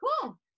cool